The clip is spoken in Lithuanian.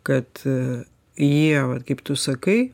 kad jie vat kaip tu sakai